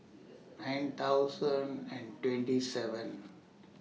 nine thousand and twenty seven